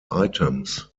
items